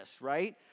right